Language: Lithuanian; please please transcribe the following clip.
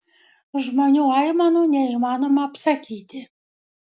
žmonių aimanų neįmanoma apsakyti